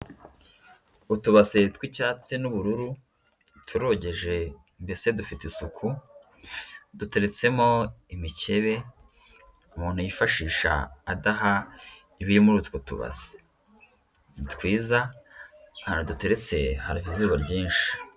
Utubaseri tw'icyatsi n'ubururu turogeje, mbese dufite isuku, duteretsemo imikebe umuntu yifashisha adaha ibiri muri utwo tubase, ni twiza ahantu duteretse hava izuba ryinshi.